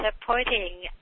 supporting